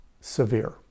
severe